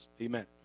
amen